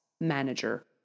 manager